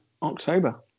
October